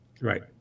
Right